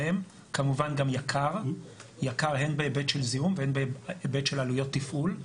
כמובן גם יקר הן בהיבט של זיהום והן בהיבט של עלויות תפעול,